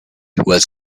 was